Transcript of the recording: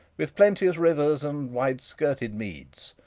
with plenteous rivers and wide-skirted meads,